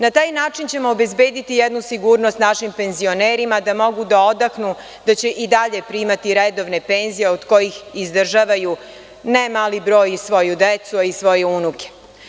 Na taj način ćemo obezbediti jednu sigurnost našim penzionerima da mogu da odahnu da će i dalje redovno primati penzije od kojih izdržavaju ne mali broj svoju decu, a i svoje unuke.